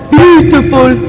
beautiful